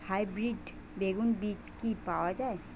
Hybrid বেগুন বীজ কি পাওয়া য়ায়?